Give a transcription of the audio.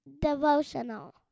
devotional